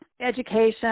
education